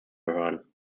gehören